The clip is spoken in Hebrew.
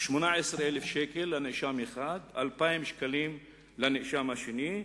18,000 שקל לנאשם אחד, 2,000 שקלים לנאשם השני.